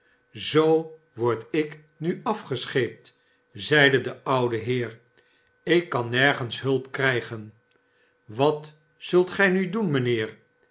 zoo wordt ik nu afgescheept zeide de oude heer ik kan nergenshulp krijgen watzult gij nu doen mijnheer